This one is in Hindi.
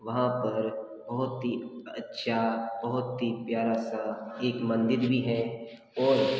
वहाँ पर बहुत ही अच्छा बहुत ही प्यारा सा एक मंदिर भी है और